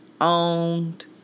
owned